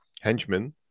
henchmen